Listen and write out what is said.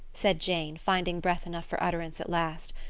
said jane, finding breath enough for utterance at last.